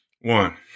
One